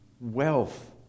Wealth